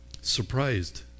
surprised